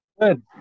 good